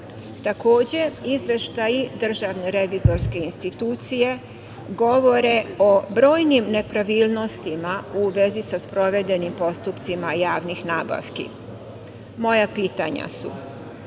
praksa. Takođe, izveštaji Državne revizorske institucije govore o brojnim nepravilnostima u vezi sa sprovedenim postupcima javnih nabavki. Moje pitanje je